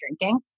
drinking